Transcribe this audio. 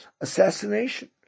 assassination